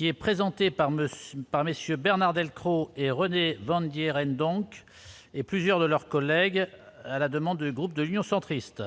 Monsieur par messieurs Bernard Delcros et René Vandières, une banque et plusieurs de leurs collègues à la demande du groupe de l'Union centriste.